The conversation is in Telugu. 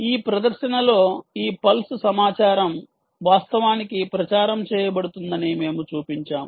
ఈ ప్రదర్శనలో ఈ పల్స్ సమాచారం వాస్తవానికి ప్రచారం చేయబడుతుందని మేము చూపించాము